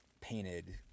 painted